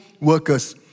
workers